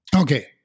Okay